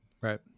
Right